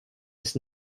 was